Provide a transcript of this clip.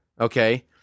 Okay